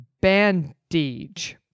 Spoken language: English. Bandage